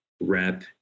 rep